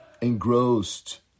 engrossed